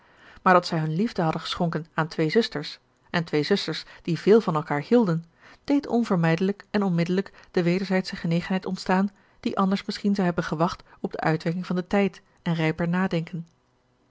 maar dat zij hun liefde hadden geschonken aan twee zusters en twee zusters die veel van elkaar hielden deed onvermijdelijk en onmiddellijk de wederzijdsche genegenheid ontstaan die anders misschien zou hebben gewacht op de uitwerking van den tijd en rijper nadenken